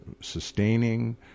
sustaining